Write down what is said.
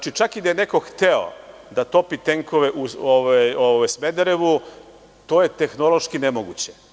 Čak i da je neko hteo da topi tenkove u Smederevu, to je tehnološki nemoguće.